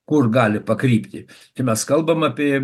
kur gali pakrypti kai mes kalbam apie